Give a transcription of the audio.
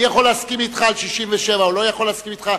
אני יכול להסכים אתך על ה-67' או יכול שלא להסכים אתך,